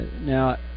Now